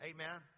Amen